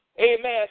amen